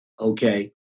okay